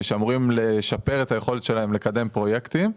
שאמורים לשפר את היכולת שלהן לקדם פרויקטים.